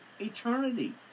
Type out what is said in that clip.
eternity